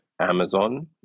Amazon